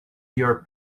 your